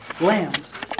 lambs